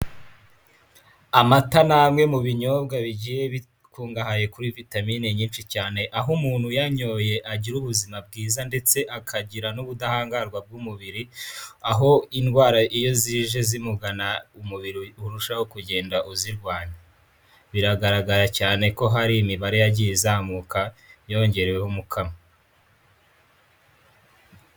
Amata ni amwe mu binyobwa bigiye bikungahaye kuri vitamine nyinshi cyane, aho umuntu uyanyoye agira ubuzima bwiza ndetse akagira n'ubudahangarwa bw'umubiri, aho indwara iyo zije zimugana umubiri urushaho kugenda uzirwanya, biragaragara cyane ko hari imibare yagiye izamuka yongereweho umukamo.